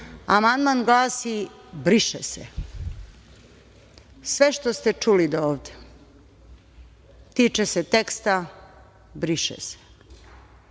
Amandman glasi - briše se. Sve što ste čuli dovde tiče se teksta - briše